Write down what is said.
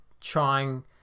trying